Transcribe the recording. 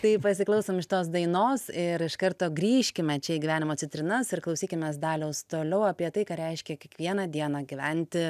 tai pasiklausom šitos dainos ir iš karto grįžkime čia į gyvenimą citrinas ir klausykimės daliaus toliau apie tai ką reiškia kiekvieną dieną gyventi